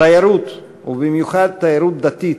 תיירות, ובמיוחד תיירות דתית,